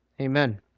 Amen